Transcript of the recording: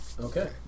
Okay